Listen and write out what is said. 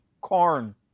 corn